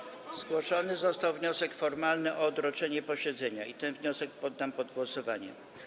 Zgłoszony został wniosek formalny o odroczenie posiedzenia i ten wniosek poddam pod głosowanie.